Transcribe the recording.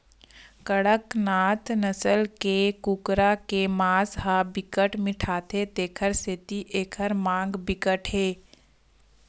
कड़कनाथ नसल के कुकरा के मांस ह बिकट मिठाथे तेखर सेती एखर मांग बिकट हे